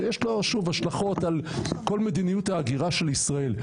שיש לו השלכות על כל מדיניות ההגירה של ישראל,